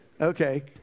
Okay